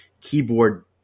keyboard